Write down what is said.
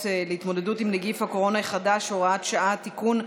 להתמודדות עם נגיף הקורונה החדש (הוראת שעה) (תיקון,